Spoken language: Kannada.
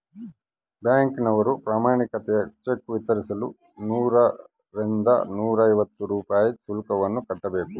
ಬ್ಯಾಂಕಿನವರು ಪ್ರಮಾಣೀಕೃತ ಚೆಕ್ ವಿತರಿಸಲು ನೂರರಿಂದ ನೂರೈವತ್ತು ರೂಪಾಯಿ ಶುಲ್ಕವನ್ನು ಕಟ್ಟಬೇಕು